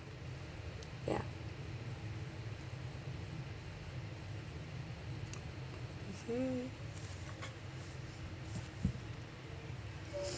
ya mmhmm